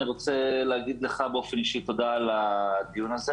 אני רוצה להגיד לך באופן אישי תודה על הדיון הזה